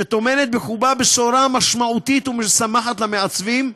שטומנת בחובה בשורה משמעותית ומשמחת למעצבים,